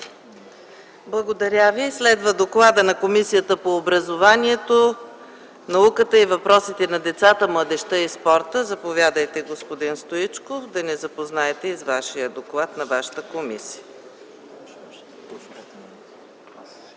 Благодаря Ви. Следва доклада на Комисията по образованието, науката и въпросите на децата, младежта и спорта. Заповядайте, господин Стоичков, да ни запознаете с доклада на вашата комисията.